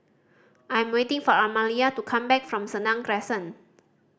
I am waiting for Amalia to come back from Senang Crescent